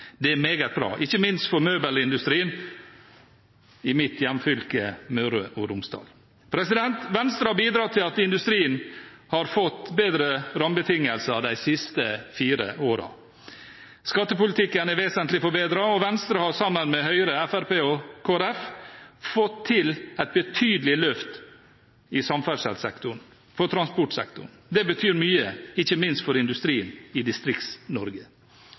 Det er meget bra – ikke minst for møbelindustrien i mitt hjemfylke, Møre og Romsdal. Venstre har bidratt til at industrien har fått bedre rammebetingelser de siste fire årene. Skattepolitikken er vesentlig forbedret, og Venstre har sammen med Høyre, Fremskrittspartiet og Kristelig Folkeparti fått til et betydelig løft innenfor samferdselssektoren – for transportsektoren. Det betyr mye, ikke minst for industrien i